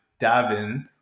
Davin